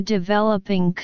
Developing